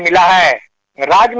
la la